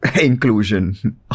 inclusion